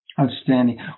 Outstanding